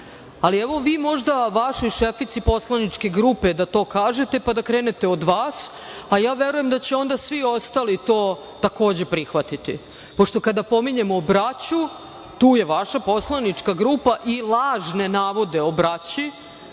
ali vi možda vašoj šefici poslaničke grupe da to kažete, pa da krenete od vas, a ja verujem da će onda svi ostali to takođe prihvatiti. Pošto kada pominjemo braću, tu je vaša poslanička grupa, i lažne navode o braći,